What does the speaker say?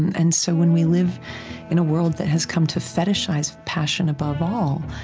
and so, when we live in a world that has come to fetishize passion above all,